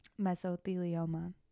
mesothelioma